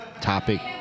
topic